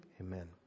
Amen